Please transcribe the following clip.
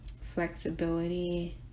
flexibility